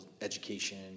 education